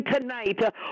tonight